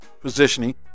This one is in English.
positioning